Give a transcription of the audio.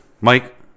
mike